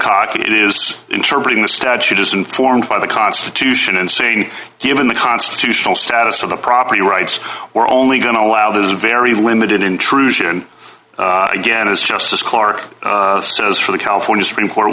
badcock it is interesting the statute is informed by the constitution and saying given the constitutional status of the property rights we're only going to allow this very limited intrusion again as justice clark says for the california supreme court